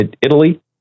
Italy